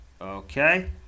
Okay